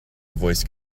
voice